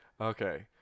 Okay